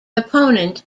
opponent